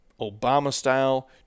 Obama-style